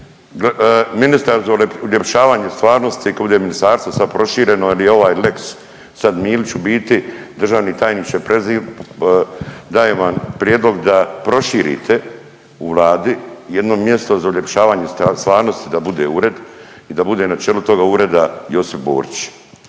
ministar za uljepšavanje stvarnosti kad bude ministarstvo sad prošireno ili ovaj lex sad Milić u biti. Državni tajniče dajem vam prijedlog da proširite u Vladi jedno mjesto za uljepšavanje stvarnosti da bude ured i da bude na čelu toga ureda Josip Borić.